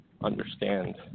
understand